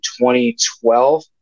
2012